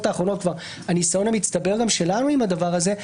האחרונות והניסיון המצטבר שלנו עם הדבר הזה,